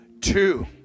Two